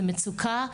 זה מצוקה,